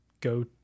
go